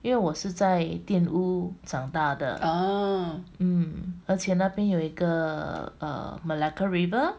ah